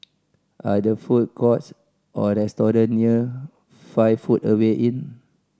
are there food courts or restaurant near Five Footway Inn